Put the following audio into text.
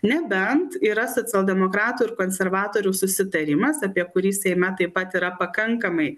nebent yra socialdemokratų ir konservatorių susitarimas apie kurį seime taip pat yra pakankamai